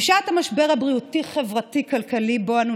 בשעת המשבר הבריאותי-חברתי-כלכלי שבו אנו